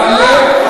תעלה,